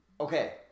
Okay